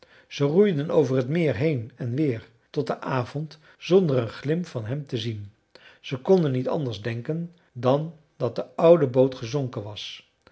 ze roeiden over t meer heen en weer tot den avond zonder een glimp van hem te zien ze konden niet anders denken dan dat de oude boot gezonken was